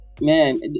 man